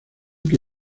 que